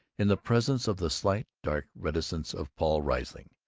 in the presence of the slight dark reticence of paul riesling,